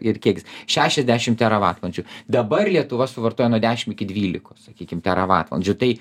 ir kiekis šešiasdešimt teravatvalandžių dabar lietuva suvartoja nuo dešim iki dvylikos sakykim teravatvalandžių tai